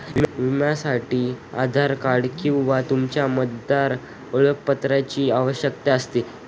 विम्यासाठी आधार कार्ड किंवा तुमच्या मतदार ओळखपत्राची आवश्यकता असते